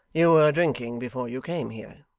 you were drinking before you came here